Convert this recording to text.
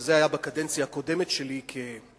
וזה היה בקדנציה הקודמת שלי, כעיתונאי,